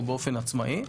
באופן עצמאי,